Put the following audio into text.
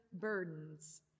burdens